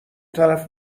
طرف